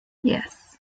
yes